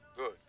Good